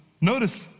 notice